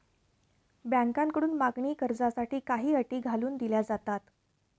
बँकांकडून मागणी कर्जासाठी काही अटी घालून दिल्या जातात